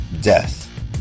Death